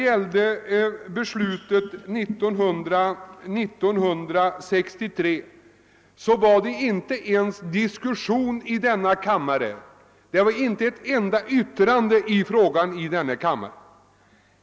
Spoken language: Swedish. Vid beslutet 1963 förekom det inte ens någon diskussion, och det avgavs inte ett enda yttrande i denna kammare.